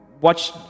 watch